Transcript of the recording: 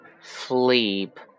Sleep